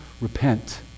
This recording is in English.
repent